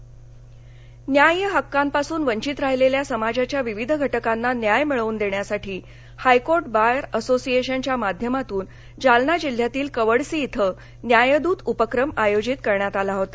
न्यायदत उपक्रम न्याय्यहक्कांपासून वंचित राहिलेल्या समाजाच्या विविध घटकांना न्याय मिळवून देण्यासाठी हायकोर्ट बार असोसिएशनच्या माध्यमातन जालना जिल्ह्यातील कवडसी इथं न्यायदत उपक्रम आयोजित करण्यात आला होता